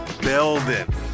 building